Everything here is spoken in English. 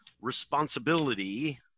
responsibility